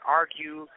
argue